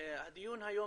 הדיון היום